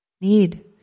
need